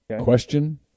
Question